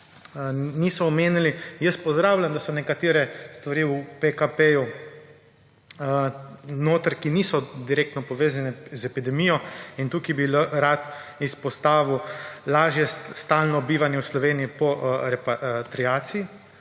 nismo omenili. Jaz pozdravljam, da so nekatere stvari v PKP-ju notri, ki niso direktno povezane z epidemijo. In tukaj bi rad izpostavil lažje stalno bivanje v Sloveniji po repatriaciji.